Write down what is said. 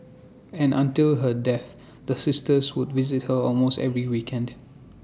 and until her death the sisters would visit her almost every weekend